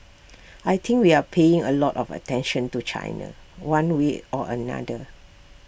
I think we are paying A lot of attention to China one way or another